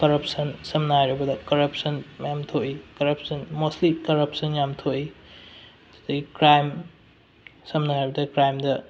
corruption ꯁꯝꯅ ꯍꯥꯏꯔꯕꯗ corruption ꯃꯌꯥꯝ ꯊꯣꯛꯏ ꯀꯔꯞꯁꯟ ꯃꯣꯁꯂꯤ ꯀꯔꯞꯁꯟ ꯌꯥꯝ ꯊꯣꯛꯏ ꯑꯗꯨꯗꯒꯤ ꯀ꯭ꯔꯥꯏꯝ ꯁꯝꯅ ꯍꯥꯏꯔꯕꯗ ꯀ꯭ꯔꯥꯏꯝꯗ